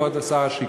כבוד שר השיכון.